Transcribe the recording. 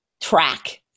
track